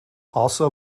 also